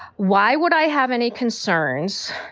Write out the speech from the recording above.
why would i have any concerns?